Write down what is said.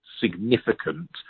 significant